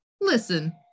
listen